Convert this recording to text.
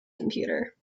computer